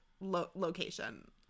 location